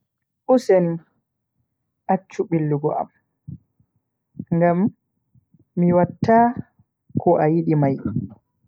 Useni acchu billugo am ngam mi watta ko a yidi mai.